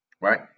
right